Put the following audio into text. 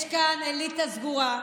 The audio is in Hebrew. יש כאן אליטה סגורה,